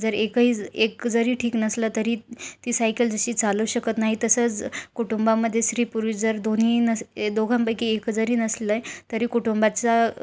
जर एकही एक जरी ठीक नसलं तरी ती सायकल जशी चालू शकत नाही तसंच कुटुंबामध्ये स्त्री पुरुष जर दोन्ही नस ए दोघांपैकी एक जरी नसलं आहे तरी कुटुंबाचा